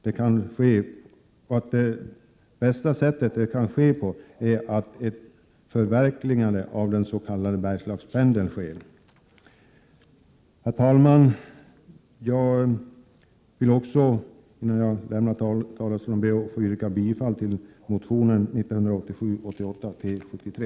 Det bästa sättet det kan ske på är ett förverkligande av den s.k. Bergslagspendeln. Herr talman! Jag yrkar bifall till motion 1987/88:T73.